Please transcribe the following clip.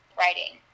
writing